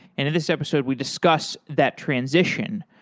and in this episode we discuss that transition.